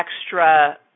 extra